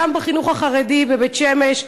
גם בחינוך החרדי בבית-שמש,